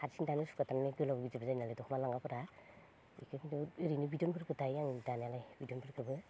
हारसिं दानो सुखुआ थारमाने गोलाव गिदिरबो जायो नालाय दख'ना लांगा फोरा बेखायनो ओरैनो बिदनफोरखो दायो आं दानायालाय बिदनफोरखोबो